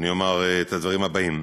אומר את הדברים הבאים: